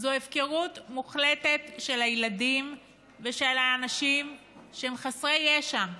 זו הפקרה מוחלטת של הילדים ושל האנשים שהם חסרי ישע.